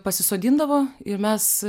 pasisodindavo ir mes